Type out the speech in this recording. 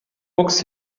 mucks